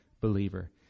believer